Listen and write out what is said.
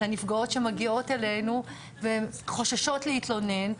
הנפגעות שמגיעות אלינו וחוששות להתלונן,